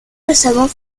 récemment